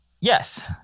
Yes